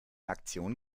aktion